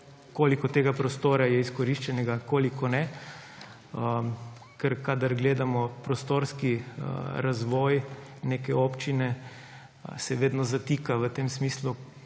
koliko tega prostora je izkoriščenega, koliko ne. Ker kadar gledamo prostorski razvoj neke občine, se vedno zatika v tem smislu,